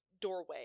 doorway